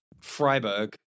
freiburg